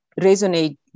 resonate